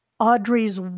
Audrey's